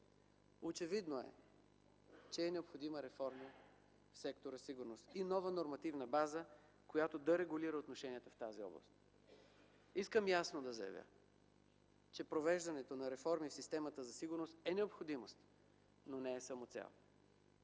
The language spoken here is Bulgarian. Очевидно е, че е необходима реформа в сектора сигурност, нова нормативна база, която да регулира отношенията в тази област. Искам ясно да заявя, че провеждането на реформи в системата за сигурност е необходимост, но не е самоцел.